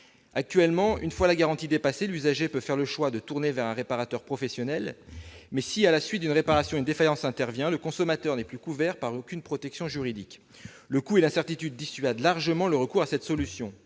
Actuellement, une fois la garantie expirée, l'usager peut faire le choix de se tourner vers un réparateur professionnel, mais si, à la suite d'une réparation, une défaillance intervient, le consommateur n'est plus couvert par aucune protection juridique. Cette incertitude et le coût dissuadent largement de recourir à cette solution.